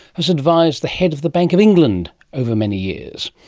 has advised the head of the bank of england over many years.